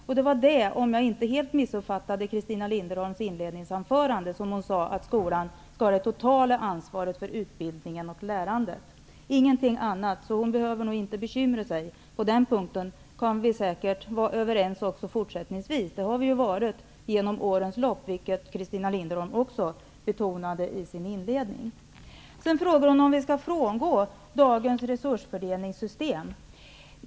Om jag inte helt missuppfattade Christina Linderholms inledningsanförande, sade hon att skolan skall ha det totala ansvaret för utbildningen och lärandet. Ingenting annat. Hon behöver inte bekymra sig på den punkten. Vi kan säkert vara överens också fortsättningsvis. Det har vi varit under årens lopp, vilket Christina Linderholm också betonade i sitt inledningsanförande. Vidare frågade Christina Linderholm om vi skall frångå dagens resursfördelningssystem.